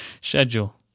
Schedule